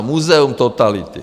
Muzeum totality.